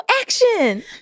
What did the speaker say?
Action